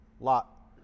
Lot